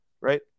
right